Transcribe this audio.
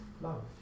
love